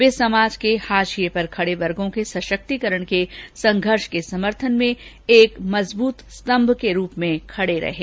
वह समाज के हाशिये पर खड़े वर्गों के सशक्तीकरण के संघर्ष के समर्थन में एक मजबूत स्तंभ के रूप में खडे रहें